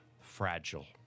fragile